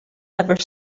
ever